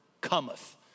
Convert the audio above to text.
cometh